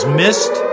missed